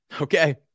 Okay